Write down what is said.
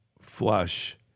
flush